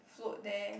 float there